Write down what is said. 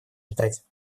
ждать